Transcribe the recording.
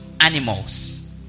animals